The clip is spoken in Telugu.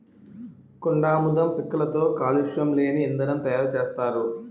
కొండాముదం పిక్కలతో కాలుష్యం లేని ఇంధనం తయారు సేత్తారు